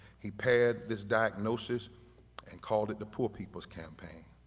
he paired this diagnosis and called it the poor people's campaign.